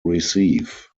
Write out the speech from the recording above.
receive